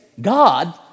God